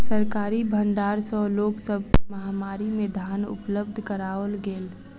सरकारी भण्डार सॅ लोक सब के महामारी में धान उपलब्ध कराओल गेल